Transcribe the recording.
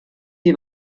die